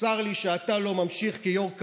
צר לי שאתה לא ממשיך כיו"ר קבוע.